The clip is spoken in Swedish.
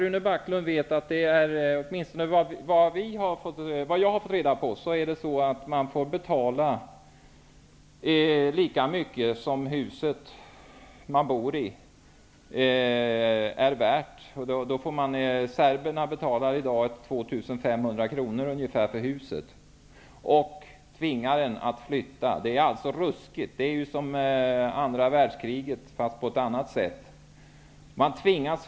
Åtminstone enligt vad jag har fått reda på får den asylsökande betala lika mycket som huset han bor i är värt. Serberna betalar i dag ca 2 500 kr per hus sedan de tvingat de som bor där att flytta. Det är ju ruskigt. Det är ungefär som under andra världskriget, fast på ett annat sätt.